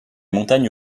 montagnes